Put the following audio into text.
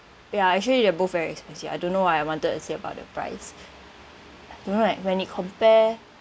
ya actually they're both very expensive I don't know why I wanted to say about the price you know right when it compare